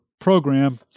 program